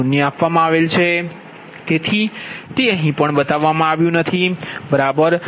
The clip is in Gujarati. તેથી તે અહીં પણ બતાવવામાં આવ્યું નથી બરાબર